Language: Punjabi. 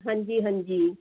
ਹਾਂਜੀ ਹਾਂਜੀ